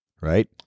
right